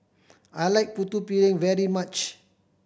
I like Putu Piring very much